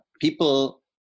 People